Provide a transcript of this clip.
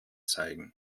zeigen